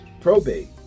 probate